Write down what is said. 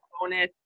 bonus